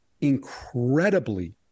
incredibly